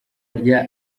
rya